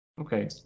Okay